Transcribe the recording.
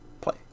play